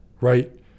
right